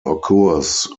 occurs